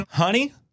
honey